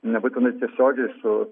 nebūtinai tiesiogiai su